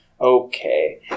Okay